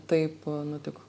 taip nutiko